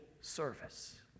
service